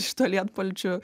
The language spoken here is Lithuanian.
šituo lietpalčiu